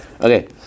Okay